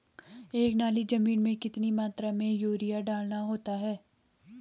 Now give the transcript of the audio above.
एक नाली जमीन में कितनी मात्रा में यूरिया डालना होता है?